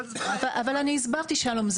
אבל אני הסברתי שלום,